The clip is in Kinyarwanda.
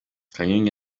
kanyombya